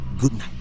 goodnight